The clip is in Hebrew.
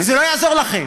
וזה לא יעזור לכם,